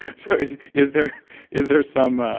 so, is is there is there some,